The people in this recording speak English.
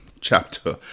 chapter